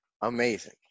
amazing